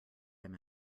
him